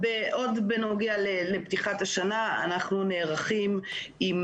בעוד בנוגע לפתיחת השנה, אנחנו נערכים עם